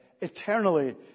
eternally